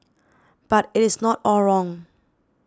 but it is not all wrong